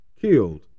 Killed